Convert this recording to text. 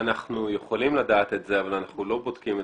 אנחנו יכולים לדעת את זה, אבל אנחנו לא בודקים.